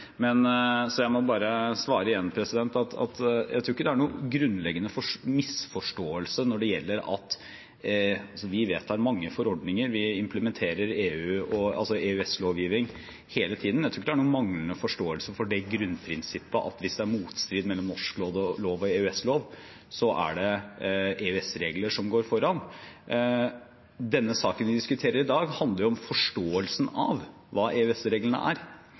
Så jeg må bare svare igjen at jeg tror ikke det er noen grunnleggende misforståelse. Vi vedtar mange forordninger, vi implementer EØS-lovgivning hele tiden, og jeg tror ikke det er noen manglende forståelse for grunnprinsippet om at hvis det er motstrid mellom norsk lov og EØS-lov, så er det EØS-regler som går foran. Denne saken vi diskuterer i dag, handler jo om forståelsen av hva EØS-reglene er.